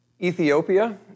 Ethiopia